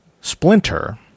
Splinter